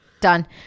Done